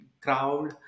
crowd